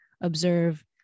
observe